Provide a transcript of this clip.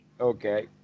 Okay